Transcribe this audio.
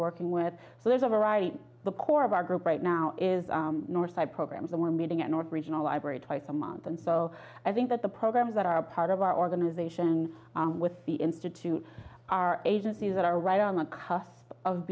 working with so there's a variety the core of our group right now is north side programs that we're meeting at north regional library twice a month and so i think that the programs that are part of our organization with the institute are agencies that are right on the cusp of